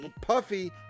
Puffy